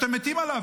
שאתם מתים עליו,